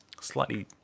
Slightly